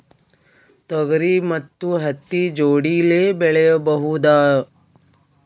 ತೊಗರಿ ಮತ್ತು ಹತ್ತಿ ಜೋಡಿಲೇ ಬೆಳೆಯಬಹುದಾ?